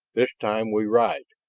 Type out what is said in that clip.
this time we ride,